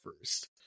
first